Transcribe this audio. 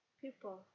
people